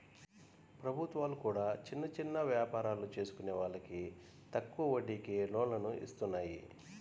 ప్రభుత్వాలు కూడా చిన్న చిన్న యాపారాలు చేసుకునే వాళ్లకి తక్కువ వడ్డీకే లోన్లను ఇత్తన్నాయి